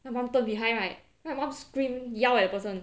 then my mom turn behind right then my mom scream yell at the person